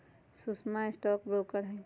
सुषमवा stock broker हई